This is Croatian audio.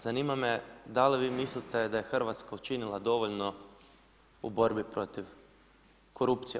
Zanima me da li vi mislite da je Hrvatska učinila dovoljno u borbi protiv korupcije?